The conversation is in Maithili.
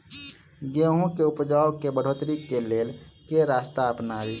गेंहूँ केँ उपजाउ केँ बढ़ोतरी केँ लेल केँ रास्ता अपनाबी?